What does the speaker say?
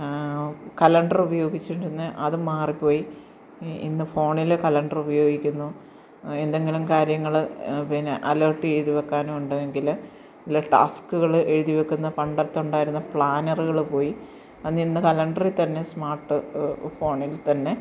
കലണ്ടറുപയോഗിച്ചു കൊണ്ടിരുന്നു അതു മാറിപ്പോയി ഇ ഇന്ന് ഫോണിൽ കലണ്ടറുപയോഗിക്കുന്നു എന്തെങ്കിലും കാര്യങ്ങൾ പിന്നെ അലേട്ട് ചെയ്തു വെക്കാനുണ്ടെങ്കിൽ അല്ലെ ടാസ്ക്കുകൾ എഴുതി വെക്കുന്ന പണ്ടത്തുണ്ടായിരുന്ന പ്ലാനറുകൾ പോയി അതിന്നു കലണ്ടറിൽത്തന്നെ സ്മാർട്ട് ഫോണിൽ തന്നെ